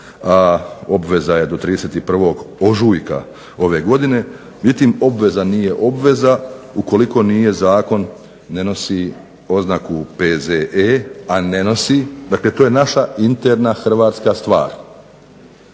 obveza je do 31. ožujka ove godine. Međutim, obveza nije obveza ukoliko zakon ne nosi oznaku P.Z.E. a ne nosi. Dakle, to je naša interna hrvatska stvar.